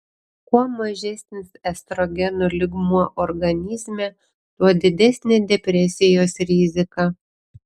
kuo mažesnis estrogenų lygmuo organizme tuo didesnė depresijos rizika